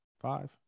five